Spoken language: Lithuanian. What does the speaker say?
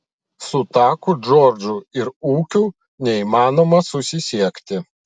su taku džordžu ir ūkiu neįmanoma susisiekti